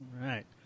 right